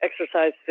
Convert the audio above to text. exercise